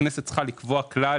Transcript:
הכנסת צריכה לקבוע כלל,